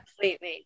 Completely